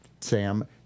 Sam